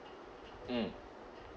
mm